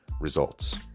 results